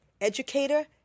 educator